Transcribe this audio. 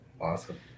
Awesome